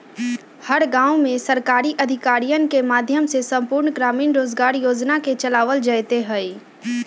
हर गांव में सरकारी अधिकारियन के माध्यम से संपूर्ण ग्रामीण रोजगार योजना के चलावल जयते हई